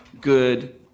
good